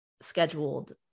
scheduled